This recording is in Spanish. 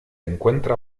encuentra